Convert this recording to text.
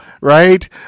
right